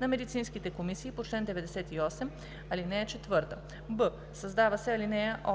на медицинските комисии по чл. 98, ал. 4.“; б) създава се ал.